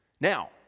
Now